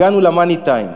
הגענו למאני טיים.